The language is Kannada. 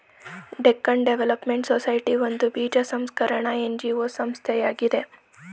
ಡೆಕ್ಕನ್ ಡೆವಲಪ್ಮೆಂಟ್ ಸೊಸೈಟಿ ಒಂದು ಬೀಜ ಸಂಸ್ಕರಣ ಎನ್.ಜಿ.ಒ ಸಂಸ್ಥೆಯಾಗಿದೆ